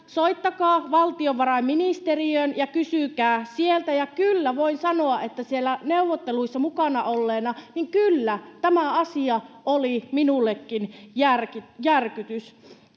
soittakaa valtiovarainministeriöön ja kysykää sieltä. Kyllä voin sanoa, että siellä neuvotteluissa mukana olleena kyllä tämä asia oli minullekin järkytys.